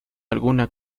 alguna